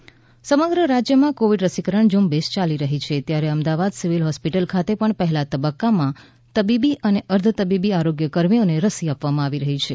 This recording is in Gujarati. રસીકરણ સમગ્ર રાજયમાં કોવિડ રસીકરણ ઝુંબેશ યાલી રહી છે ત્યારે અમદાવાદ સિવિલ હોસ્પિટલ ખાતે પણ પહેલા તબક્કામાં તબીબી અને અર્ધ તબીબી આરોગ્ય કર્મીઓને રસી આપવામાં આવી રહી છે